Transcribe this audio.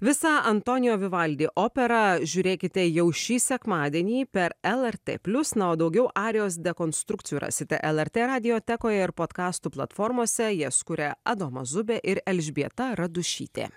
visą antonijo vivaldi operą žiūrėkite jau šį sekmadienį per lrt plius na o daugiau arijos dekonstrukcijų rasite lrt radiotekoje ir podkastų platformose jas kuria adomas zubė ir elžbieta radušytė